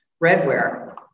redware